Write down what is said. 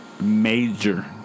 Major